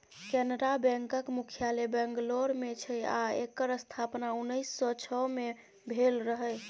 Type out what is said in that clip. कैनरा बैकक मुख्यालय बंगलौर मे छै आ एकर स्थापना उन्नैस सँ छइ मे भेल रहय